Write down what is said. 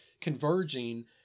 converging